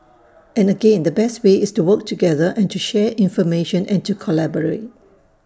and again the best way is to work together and to share information and to collaborate